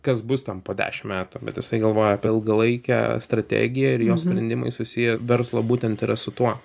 kas bus ten po dešim metų bet jisai galvoja apie ilgalaikę strategiją jo sprendimai susiję verslo būtent yra su tuo